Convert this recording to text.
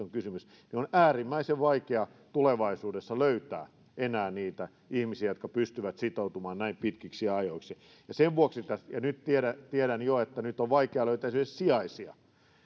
on kysymys ja on äärimmäisen vaikea tulevaisuudessa löytää enää niitä ihmisiä jotka pystyvät sitoutumaan näin pitkiksi ajoiksi nyt tiedän jo että on vaikea löytää esimerkiksi sijaisia